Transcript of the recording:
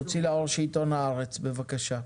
המוציא לאור של עיתון "הארץ", בבקשה.